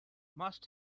must